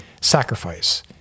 sacrifice